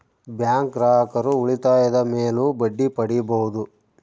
bank ಗ್ರಾಹಕರು ಉಳಿತಾಯದ ಮೇಲೂ ಬಡ್ಡಿ ಪಡೀಬಹುದು